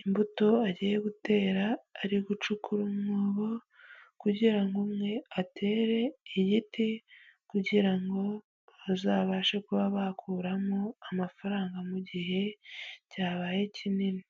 imbuto agiye gutera, ari gucukura umwobo kugira ngo umwe atere igiti, kugira ngo bazabashe kuba bakuramo amafaranga mu gihe cyabaye kinini.